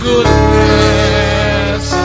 Goodness